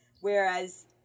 Whereas